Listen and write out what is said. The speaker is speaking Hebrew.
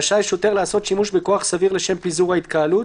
רשאי שוטר לעשות שימוש בכוח סביר לשם פיזור ההתקהלות.